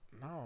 No